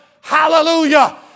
hallelujah